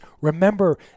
remember